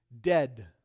dead